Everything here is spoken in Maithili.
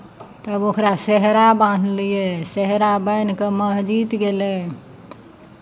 तब ओकरा सेहरा बान्हलियै सेहरा बान्हि कऽ महजिद गेलै